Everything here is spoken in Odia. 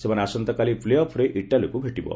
ସେମାନେ ଆସନ୍ତାକାଲି ପ୍ଲେ ଅଫ୍ରେ ଇଟାଲୀକୁ ଭେଟିବ